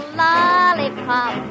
lollipop